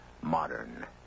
modern